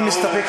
אני מסתפק,